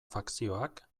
fakzioak